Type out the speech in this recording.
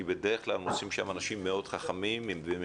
כי בדרך כלל הם עושים שם אנשים שם מאוד חכמים ומנוסים,